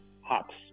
hops